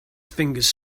fingers